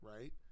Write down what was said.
right